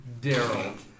Daryl